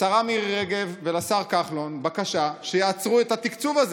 לשרה מירי רגב ולשר כחלון בקשה שיעצרו את התקצוב הזה.